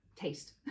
taste